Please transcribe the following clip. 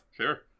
sure